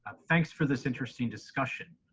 ah thanks for this interesting discussion.